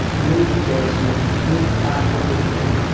no depression, no backward looking.